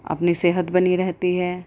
اپنی صحت بنی رہتی ہے